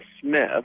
Smith